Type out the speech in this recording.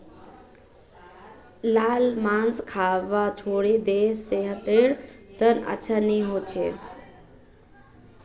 लाल मांस खाबा छोड़े दे सेहतेर त न अच्छा नी छोक